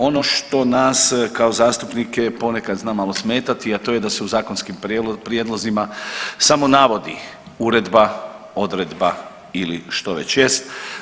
Ono što nas kao zastupnike ponekad zna malo smetati, a to je da se u zakonskim prijedlozima samo navodi uredba, odredba ili što već jest.